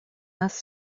нас